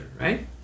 right